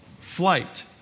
flight